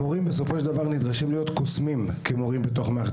המורים נדרשים להיות קוסמים במערכת